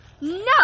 No